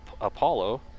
Apollo